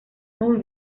non